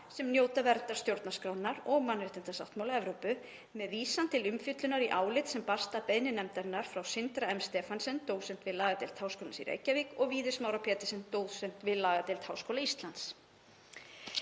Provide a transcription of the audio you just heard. sem njóta verndar stjórnarskrárinnar og mannréttindasáttmála Evrópu, með vísan til umfjöllunar í áliti sem barst að beiðni nefndarinnar frá Sindra M. Stephensen, dósent við lagadeild Háskólans í Reykjavík, og Víði Smára Petersen, dósent við lagadeild Háskóla Íslands.